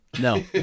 No